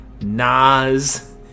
Nas